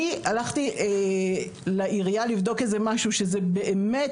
אני הלכתי לעירייה לבדוק איזה משהו, שזה באמת,